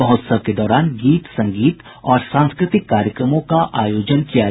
महोत्सव के दौरान गीत संगीत और सांस्कृतिक कार्यक्रमों का आयोजन किया जायेगा